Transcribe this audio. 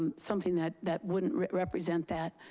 um something that that wouldn't represent that.